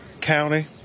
County